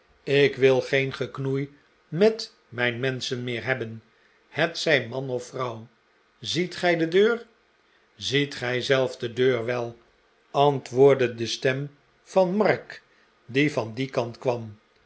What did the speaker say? ik wil geen geknoei met mijn mensehen meer hebben hetzij man of vrouw ziet gij de deur ziet gij zelf de deur wel antwoordde de stem van mark die van dien kant kwam